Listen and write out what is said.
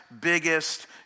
biggest